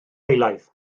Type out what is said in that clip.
eilaidd